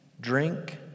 drink